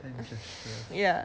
hand gestures